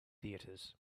theatres